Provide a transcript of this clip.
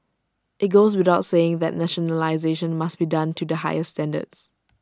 IT goes without saying that nationalisation must be done to the highest standards